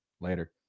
Later